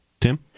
Tim